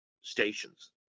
stations